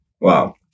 Wow